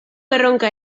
erronka